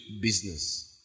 business